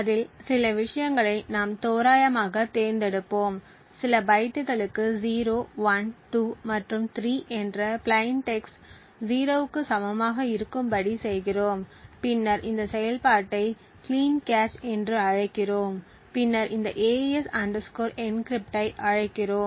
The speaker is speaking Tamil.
அதில் சில விஷயங்களை நாம் தோராயமாகத் தேர்ந்தெடுப்போம் சில பைட்டுகளுக்கு 0 1 2 மற்றும் 3 என்ற பிளைன் டெக்ஸ்ட் 0 க்கு சமமாக இருக்கும்படி செய்கிறோம் பின்னர் இந்த செயல்பாட்டை க்ளீன் கேச் என்று அழைக்கிறோம் பின்னர் இந்த AES encrypt ஐ அழைக்கிறோம்